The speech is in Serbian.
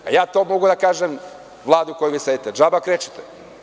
Ja to mogu da kažem Vladi u kojoj vi sedite – džaba krečite.